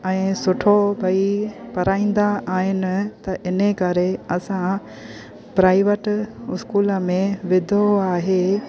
ऐं सुठो भई पढ़ाईंदा आहिनि त इनकरे असां प्राइवेट इस्कूल में विधो आहे